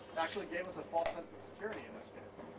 it actually gave us a false sense of security, in this case.